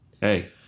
hey